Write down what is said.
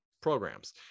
programs